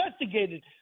investigated